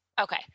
Okay